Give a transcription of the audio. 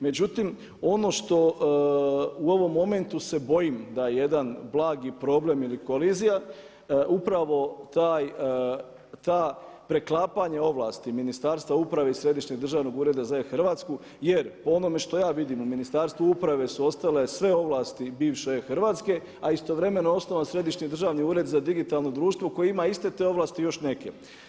Međutim, ono što u ovom momentu se bojim da je jedan blagi problem ili kolizija upravo to preklapanje ovlasti Ministarstva uprave i Središnjeg državnog ureda za e-Hrvatsku jer po onome što ja vidim u Ministarstvu uprave su ostale sve ovlasti bivše e-Hrvatske, a istovremeno je osnovan Središnji državni ured za digitalno društvo koje ima iste te ovlasti i još neke.